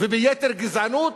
וביתר גזענות,